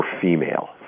female